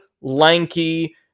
Lanky